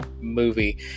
movie